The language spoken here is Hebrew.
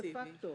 הוא לא רגרסיבי.